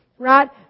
Right